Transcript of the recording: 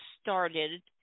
started